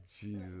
jesus